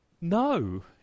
No